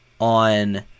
on